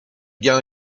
gain